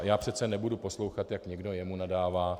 Já přece nebudu poslouchat, jak někdo jemu nadává.